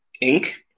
ink